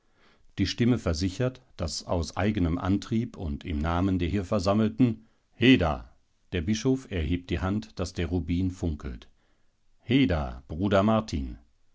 die stimme versichert daß aus eigenem antrieb und im namen der hier versammelten heda der bischof erhebt die hand daß der rubin funkelt heda bruder martin